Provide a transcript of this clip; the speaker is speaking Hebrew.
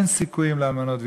אין סיכויים לאלמנות ויתומים.